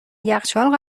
یخچال